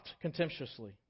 contemptuously